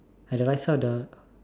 at the right side of the